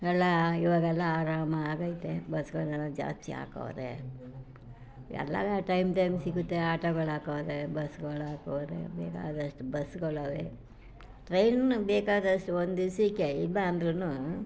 ಎಲ್ಲ ಇವಾಗೆಲ್ಲ ಆರಾಮ ಆಗೈತೆ ಬಸ್ಸುಗಳ್ನೆಲ್ಲ ಜಾಸ್ತಿ ಹಾಕವ್ರೆ ಎಲ್ಲ ಟೈಮ್ ಟೈಮ್ ಸಿಗುತ್ತೆ ಆಟೋಗಳು ಹಾಕವ್ರೆ ಬಸ್ಸುಗಳ್ ಹಾಕವ್ರೆ ಬೇಗ ಆದಷ್ಟು ಬಸ್ಸುಗಳಿವೆ ಟ್ರೈನು ಬೇಕಾದಷ್ಟು ಒಂದು ದಿವಸಕ್ಕೆ ಇಲ್ಲ ಅಂದ್ರೂ